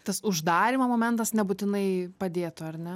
tas uždarymo momentas nebūtinai padėtų ar ne